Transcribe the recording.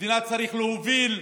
מדינה צריך להוביל.